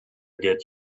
get